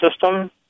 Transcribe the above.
system